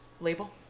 Label